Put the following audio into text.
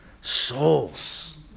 souls